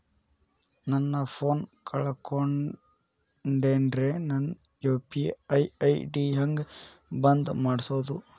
ನನ್ನ ಫೋನ್ ಕಳಕೊಂಡೆನ್ರೇ ನನ್ ಯು.ಪಿ.ಐ ಐ.ಡಿ ಹೆಂಗ್ ಬಂದ್ ಮಾಡ್ಸೋದು?